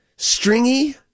stringy